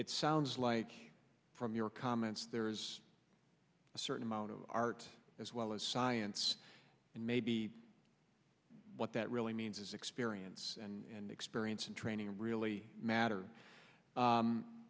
it sounds like from your comments there is a certain amount of art as well as science and maybe what that really means is experience and experience and training really matter